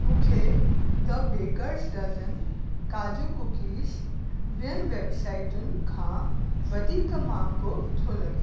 मूंखे the baker's dozen काजू cookies ॿियुनि वेबसाइटुनि खां वधीक महांगो थो लॻे